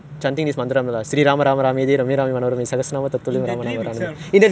in the dream itself dream how you know all this lah !aiyo!